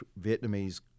Vietnamese